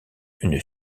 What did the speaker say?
une